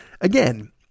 again